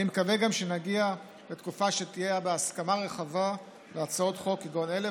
אני מקווה גם שנגיע לתקופה שתהיה בה הסכמה רחבה להצעות חוק כגון אלה,